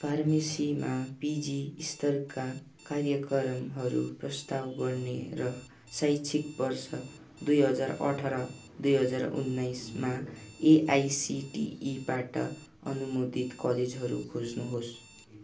फार्मेसीमा PG स्तरका कार्यकरमहरू प्रस्ताव गर्ने र शैक्षिक वर्ष दुई हजार अठर दुई हजार उन्नाइसमा एआइसिटिईबाट अनुमोदित कलेजहरू खोज्नुहोस्